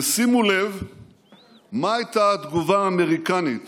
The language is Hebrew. ושימו לב מה הייתה התגובה האמריקנית